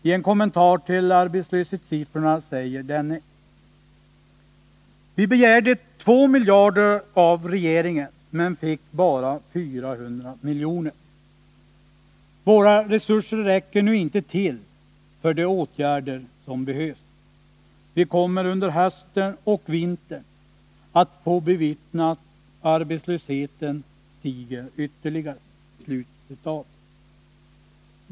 I en kommentar till arbetslöshetssiffrorna säger denne: Vi begärde 2 miljarder av regeringen, men fick bara 400 miljoner. Våra resurser räcker nu inte till för de åtgärder som behövs. Vi kommer under hösten och vintern att få bevittna att arbetslösheten stiger ytterligare.